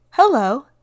Hello